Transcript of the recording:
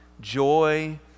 joy